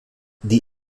die